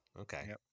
okay